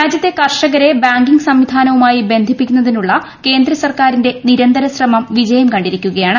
രാജ്യത്തെ കർഷകരെ ബാങ്കിംഗ് സംവിധാനവുമായി ബന്ധിപ്പിക്കുന്നതിനുള്ള കേന്ദ്ര സർക്കാരിന്റെ നിരന്തര ശ്രമം വിജയം കണ്ടിരിക്കുകയാണ്